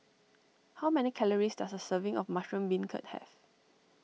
how many calories does a serving of Mushroom Beancurd have